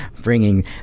bringing